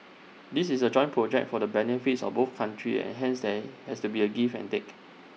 this is A joint project for the benefits of both countries and hence there has to be A give and take